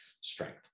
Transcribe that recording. strength